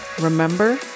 remember